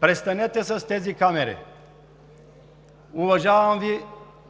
Престанете с тези камери! Уважавам